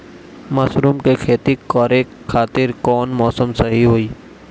Mushroom के खेती करेके खातिर कवन मौसम सही होई?